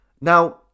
now